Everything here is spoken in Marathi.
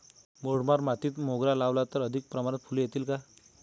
मुरमाड मातीत मोगरा लावला तर अधिक प्रमाणात फूले येतील का?